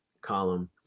column